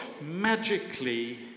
magically